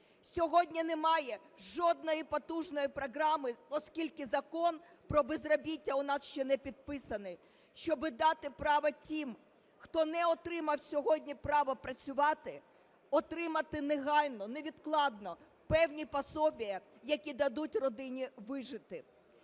Сьогодні немає жодної потужної програми, оскільки Закон про безробіття у нас ще не підписаний, щоб дати право тим, хто не отримав сьогодні право працювати, отримати негайно, невідкладно певні пособія, які дадуть родині вижити.